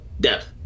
depth